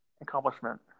accomplishment